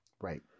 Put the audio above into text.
Right